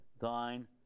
thine